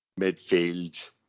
Midfield